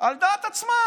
על דעת עצמה.